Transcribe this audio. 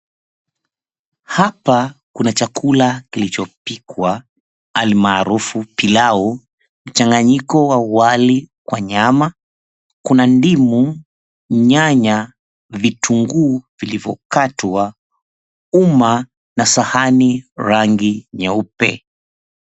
Hapa kuna chakula kilichopikwa almaarufu pilau; mchanganyiko wa wali kwa nyama, kuna ndimu, nyanya, vitunguu vilivyokatwa, uma na sahani rangi nyeupe.